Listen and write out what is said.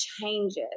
changes